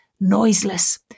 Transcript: noiseless